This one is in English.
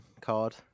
card